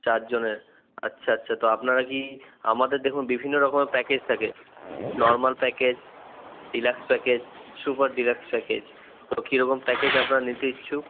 চার জনের আচ্ছা আচ্ছা তো আপনারা কি আমাদের দেখুন বিভিন্ন রকমের প্যাকেজ থাকে normal package deluxe package super deluxe package তো কি রকম প্যাকেজ আপনারা নিতে ইচ্ছুক